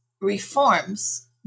reforms